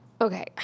okay